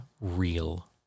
real